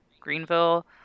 Greenville